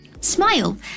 Smile